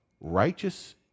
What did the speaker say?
righteous